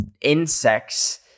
insects